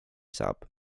saab